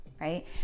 Right